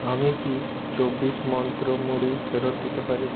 আমি কি চব্বিশ মন্ত্র মুড়ি ফেরত দিতে পারি